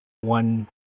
one